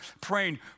praying